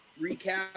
recap